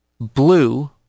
blue